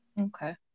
Okay